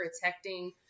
protecting